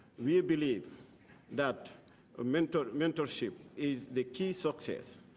we believe that ah mentorship mentorship is the key success.